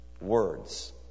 Words